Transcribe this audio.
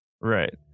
Right